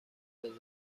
رزرو